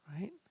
right